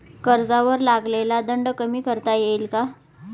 कर्जावर लागलेला दंड कमी करता येईल का?